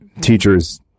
teachers